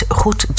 goed